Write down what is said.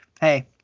hey